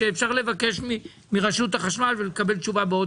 שאפשר לבקש מרשות החשמל ולקבל תשובה בעוד